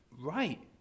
Right